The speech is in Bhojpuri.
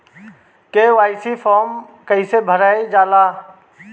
के.वाइ.सी फार्म कइसे भरल जाइ?